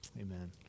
amen